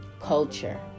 culture